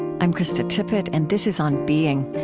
i'm krista tippett, and this is on being.